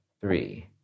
three